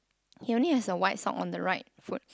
he only has a white sock on the right foot